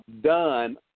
done